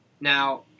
Now